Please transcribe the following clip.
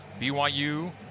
BYU